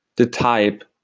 the type,